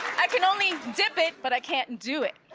i can only dip it but i can't do it.